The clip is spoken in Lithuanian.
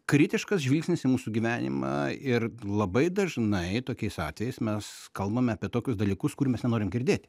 kritiškas žvilgsnis į mūsų gyvenimą ir labai dažnai tokiais atvejais mes kalbame apie tokius dalykus kurių mes nenorim girdėti